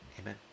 Amen